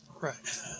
right